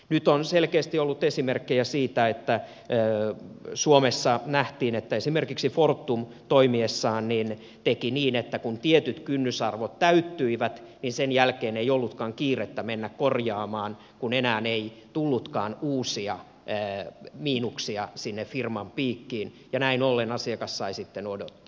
nyt on selkeästi ollut esimerkkejä siitä mitä suomessa nähtiin että esimerkiksi fortum toimiessaan teki niin että kun tietyt kynnysarvot täyttyivät niin sen jälkeen ei ollutkaan kiirettä mennä korjaamaan kun enää ei tullutkaan uusia miinuksia firman piikkiin ja näin ollen asiakas sai sitten odottaa